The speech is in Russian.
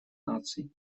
наций